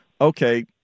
okay